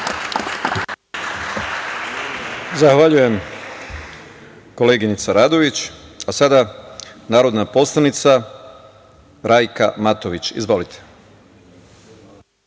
Zahvaljujem koleginice Radović. Narodna poslanica Rajka Matović. Izvolite.